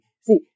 See